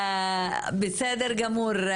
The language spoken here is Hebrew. בסדר גמור,